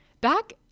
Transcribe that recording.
Back